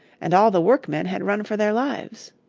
and all the workmen had run for their lives!